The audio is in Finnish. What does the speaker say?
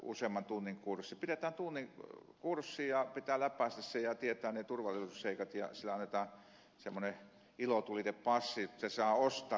pidetään tunnin kurssi ja pitää läpäistä se ja tietää ne turvallisuusseikat ja siellä annetaan semmoinen ilotulitepassi että saa ostaa sieltä niitä